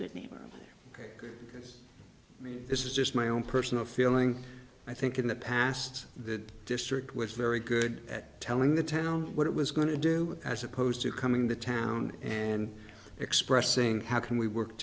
good neighbor this is just my own personal feeling i think in the past the district was very good at telling the town what it was going to do as opposed to coming to town and expressing how can we work